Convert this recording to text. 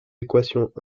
équations